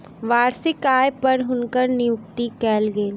वार्षिक आय पर हुनकर नियुक्ति कयल गेल